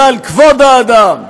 ועל כבוד האדם?